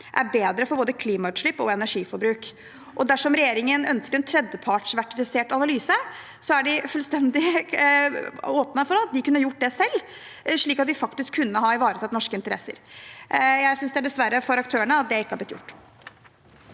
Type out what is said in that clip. er bedre for både klimautslipp og energiforbruk. Dersom regjeringen ønsker en tredjepartsverifisert analyse, er det fullstendig åpent for at de kunne gjort det selv, slik at vi kunne ha ivaretatt norske interesser. Jeg synes det er synd for aktørene at det ikke har blitt gjort.